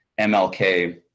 MLK